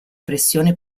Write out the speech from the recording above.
pressione